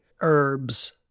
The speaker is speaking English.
herbs